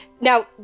now